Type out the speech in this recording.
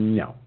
no